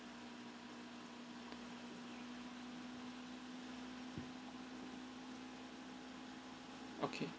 okay